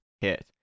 hit